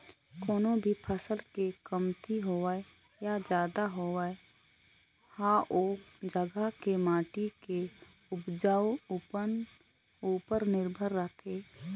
कोनो भी फसल के कमती होवई या जादा होवई ह ओ जघा के माटी के उपजउपन उपर निरभर करथे